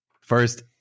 first